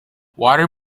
water